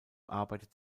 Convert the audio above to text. arbeitet